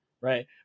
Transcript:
right